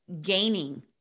gaining